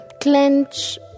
clench